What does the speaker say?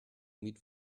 meet